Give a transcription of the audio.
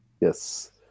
Yes